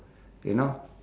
you know